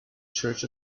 church